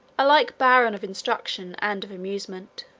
alike barren of instruction and of amusement.